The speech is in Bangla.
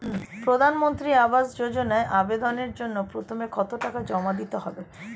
প্রধানমন্ত্রী আবাস যোজনায় আবেদনের জন্য প্রথমে কত টাকা জমা দিতে হবে?